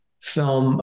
film